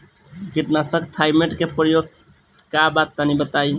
कीटनाशक थाइमेट के प्रयोग का बा तनि बताई?